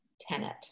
tenet